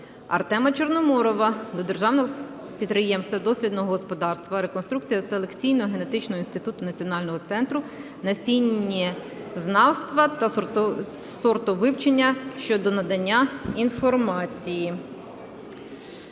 Артема Чорноморова до Державного підприємства "Дослідного господарства "Реконструкція" селекційно-генетичного інституту - Національного центру насіннєзнавства та сортовивчення щодо надання інформації.